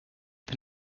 bin